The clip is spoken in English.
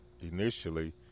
initially